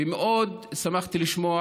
ומאוד שמחתי לשמוע,